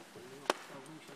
בכבוד.